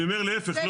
אני אומר להפך,